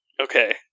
Okay